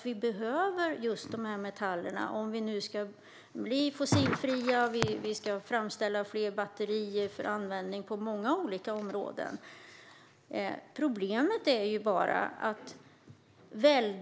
Vi behöver de här metallerna om vi ska bli fossilfria och framställa fler batterier för användning på många olika områden.